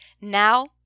Now